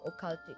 occultic